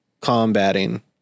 combating